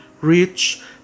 rich